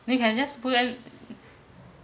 you can just blend